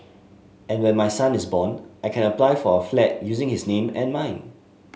and when my son is born I can apply for a flat using his name and mine